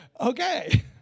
Okay